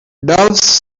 doves